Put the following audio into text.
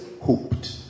hoped